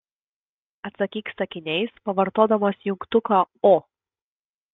atsakyk sakiniais pavartodamas jungtuką o